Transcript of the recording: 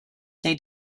they